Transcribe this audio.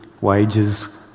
wages